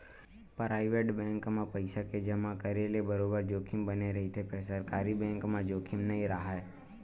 private bank म पइसा के जमा करे ले बरोबर जोखिम बने रहिथे फेर सरकारी बेंक म जोखिम नइ राहय